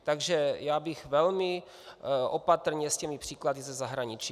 Takže bych velmi opatrně s těmi příklady ze zahraničí.